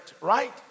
right